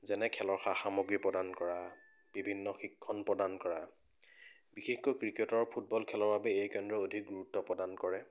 যেনে খেলৰ সা সামগ্ৰী প্ৰদান কৰা বিভিন্ন শিক্ষণ প্ৰদান কৰা বিশেষকৈ ক্ৰিকেট আৰু ফুটবল খেলৰ বাবে এই কেন্দ্ৰই অধিক গুৰুত্ব প্ৰদান কৰে